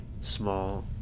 small